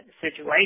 situation